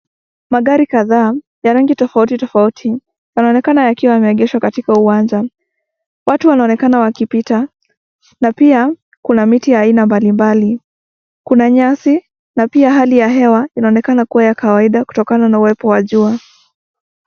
Magari kadhaa ya rangi tofauti tofauti yanaonekana yakiwa yameegeshwa katika uwanja. Watu wanaoenekana wakipita na pia kuna miti aina mbali, kuna nyasi, na pia hali ya hewa inaonekana kuwa ya kawaida kutokana na uwepo wa jua.